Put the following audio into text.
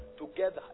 together